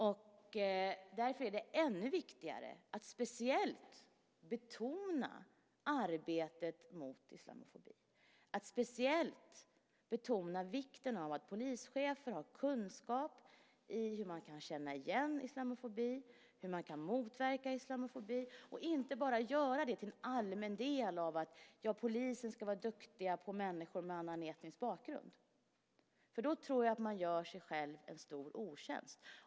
Det är därför ännu viktigare att speciellt betona arbetet mot islamofobi och speciellt betona vikten av att polischefer har kunskap i hur man kan känna igen islamofobi, hur man kan motverka islamofobi och inte bara göra det till en allmän del av att polisen ska vara duktig på människor med annan etnisk bakgrund. Då gör man sig själv en stor otjänst.